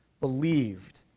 believed